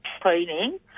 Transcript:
training